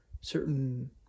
certain